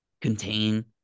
contain